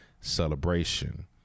celebration